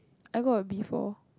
I got a B four